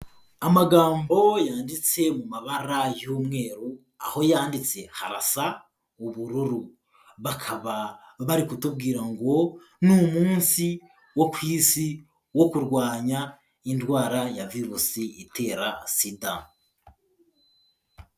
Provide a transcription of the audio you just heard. Amagambo yanditse mu mabara y'umweru aho yanditse harasa ubururu bakaba bari kutubwira ngo ni umunsi wo ku isi wo kurwanya indwara ya virusi itera sida.